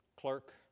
clerk